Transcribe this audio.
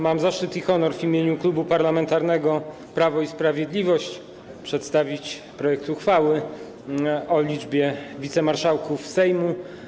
Mam zaszczyt i honor w imieniu Klubu Parlamentarnego Prawo i Sprawiedliwość przedstawić projekt uchwały o liczbie wicemarszałków Sejmu.